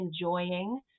enjoying